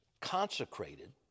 consecrated